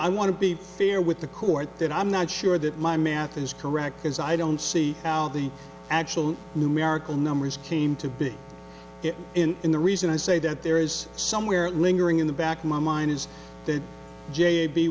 i want to be fair with the court that i'm not sure that my math is correct because i don't see how the actual numerical numbers came to be in the reason i say that there is somewhere lingering in the back of my mind is that j